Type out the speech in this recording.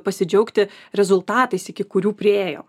pasidžiaugti rezultatais iki kurių priėjo